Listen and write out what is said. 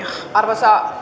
arvoisa